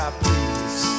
please